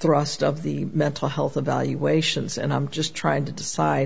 thrust of the mental health evaluations and i'm just trying to decide